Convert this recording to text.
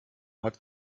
hat